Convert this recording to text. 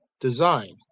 design